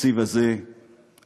והתקציב הזה עצוב.